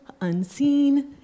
unseen